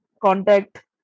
Contact